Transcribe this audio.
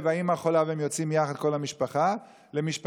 והאימא חולה והם יוצאים יחד כל המשפחה למשפחה